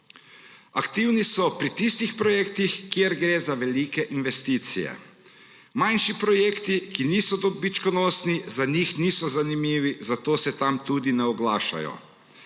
Aktivni so pri tistih projektih, kjer gre za velike investicije, manjši projekti, ki niso dobičkonosni, za njih niso zanimivi, zato se tam tudi ne oglašajo.